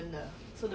are you gonna extend